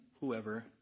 whoever